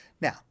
Now